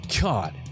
God